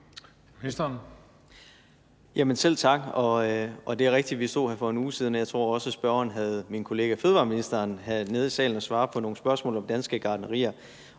Jamen selv tak. Og det er rigtigt, at vi stod her for 1 uge siden, og jeg tror også, at spørgeren havde min kollega fødevareministeren her nede i salen og svare på nogle spørgsmål om danske gartnerier.